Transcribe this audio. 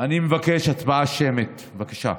אני מבקש הצבעה שמית, בבקשה.